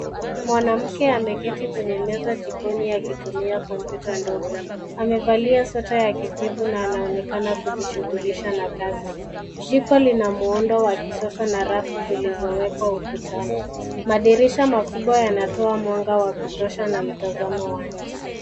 Mwanamke ameketi kwenye meza jikoni akitumia kompyuta ndogo. Amevalia sweta ya kijivu na anaonekana akijishughulisha na kazi. Niko Lina muundo wa kisasa na rafu zilizowekwa ukutani. Madirisha makubwa yanatoa mwanga wa kutosha na mtazamo wa nje.